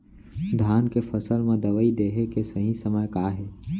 धान के फसल मा दवई देहे के सही समय का हे?